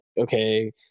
okay